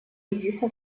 кризиса